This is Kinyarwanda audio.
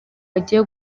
agiye